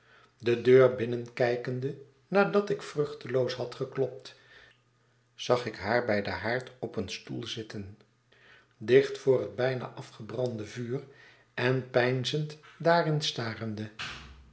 de deur binnenkijkende nadat ik vruchteloos had geklopt zag ik haar bij den haard op een stoel zitten dicht voor het bijna afgebrande vuur en peinzend daarin starende